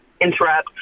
interrupt